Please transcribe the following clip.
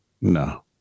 No